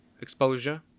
exposure